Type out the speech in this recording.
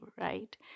right